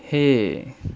!hey!